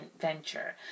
venture